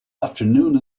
afternoon